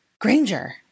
Granger